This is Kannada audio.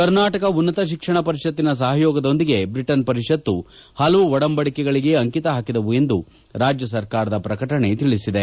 ಕರ್ನಾಟಕ ಉನ್ನತ ಶಿಕ್ಷಣ ಪರಿಷತ್ತಿನ ಸಹಯೋಗದೊಂದಿಗೆ ಬ್ರಿಟನ್ ಪರಿಷತ್ತು ಪಲವು ಒಡಂಬಡಿಕೆಗೆ ಅಂಕಿತ ಹಾಕಿದವು ಎಂದು ರಾಜ್ಯ ಸರ್ಕಾರದ ಪ್ರಕಟಣೆ ತಿಳಿಸಿದೆ